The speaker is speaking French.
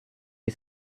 est